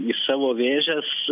į savo vėžes